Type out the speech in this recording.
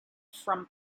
from